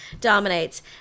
dominates